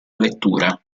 lettura